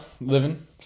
living